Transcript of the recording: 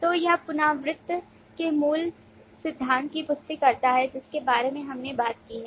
तो यह पुनरावृत्ति के मूल सिद्धांत की पुष्टि करता है जिसके बारे में हमने बात की है